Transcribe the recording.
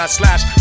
slash